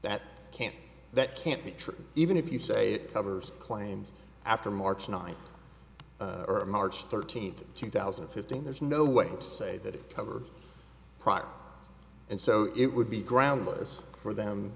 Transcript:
that can't that can't be true even if you say it covers claims after march ninth or march thirteenth two thousand and fifteen there's no way to say that it covered product and so it would be groundless for them